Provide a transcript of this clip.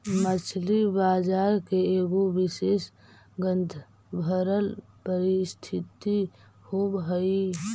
मछली बजार के एगो विशेष गंधभरल परिस्थिति होब हई